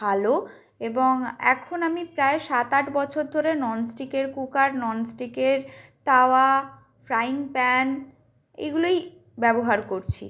ভালো এবং এখন আমি প্রায় সাত আট বছর ধরে নন স্টিকের কুকার নন স্টিকের তাওয়া ফ্রাইং প্যান এইগুলোই ব্যবহার করছি